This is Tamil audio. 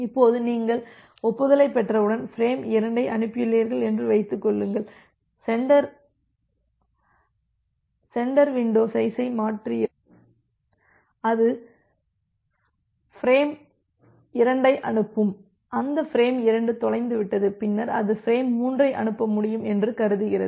இப்போது நீங்கள் ஒப்புதலைப் பெற்றவுடன் பிரேம் 2 ஐ அனுப்பியுள்ளீர்கள் என்று வைத்துக் கொள்ளுங்கள் சென்டர் வின்டோ சைஸை மாற்றியதும் அது பிரேம் 2 ஐ அனுப்பும் அந்த பிரேம் 2 தொலைந்து விட்டது பின்னர் அது பிரேம் 3 ஐ அனுப்ப முடியும் என்று கருதுகிறது